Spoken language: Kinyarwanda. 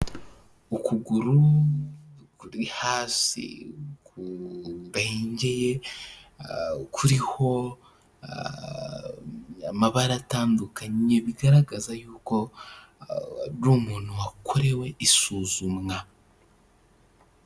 Ukuguru kuri hasi ku mbengeye, kuriho amabara atandukanye bigaragaza yuko ari umuntu wakorewe isuzumwa,